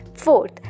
fourth